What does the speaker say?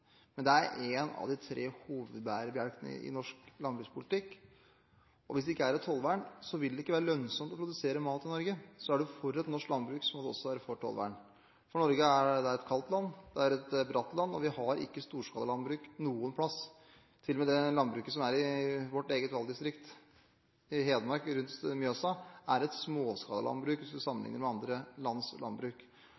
ikke være lønnsomt å produsere mat i Norge. Så er du for et norsk landbruk, må du også være for tollvern. Norge er et kaldt land, det er et bratt land, og vi har ikke storskalalandbruk noe sted. Til og med det landbruket som er i vårt eget valgdistrikt, Hedmark rundt Mjøsa, er et småskalalandbruk hvis man sammenligner med andre lands landbruk. Skal det være lønnsomhet, må vi